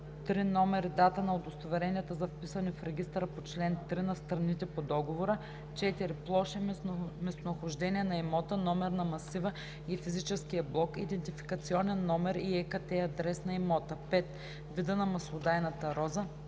3. номер и дата на удостоверенията за вписване в регистъра по чл. 3 на страните по договора; 4. площ и местонахождение на имота – номер на масива и физическия блок, идентификационен номер и ЕКАТТЕ/адрес на имота; 5. вид на маслодайната роза;